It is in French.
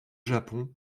japon